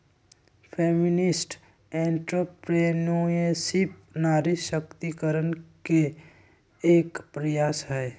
feminist entrepreneurship नारी सशक्तिकरण के एक प्रयास हई